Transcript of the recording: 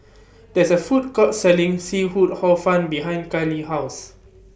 There IS A Food Court Selling Seafood Hor Fun behind Carli's House